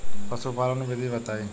पशुपालन विधि बताई?